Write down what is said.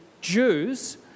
Jews